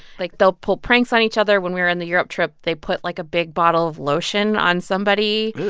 like, they'll pull pranks on each other. when we were on the europe trip, they put, like, a big bottle of lotion on somebody. ew.